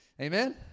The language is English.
amen